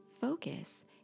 focus